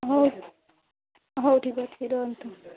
ହଉ ହଉ ଠିକ୍ ଅଛି ରୁହନ୍ତୁ